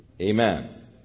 Amen